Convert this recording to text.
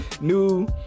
New